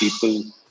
people